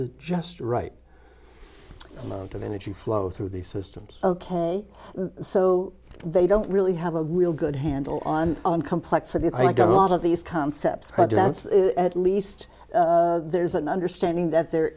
is just right the amount of energy flow through these systems ok so they don't really have a real good handle on complexity i got a lot of these concepts at least there's an understanding that there